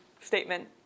statement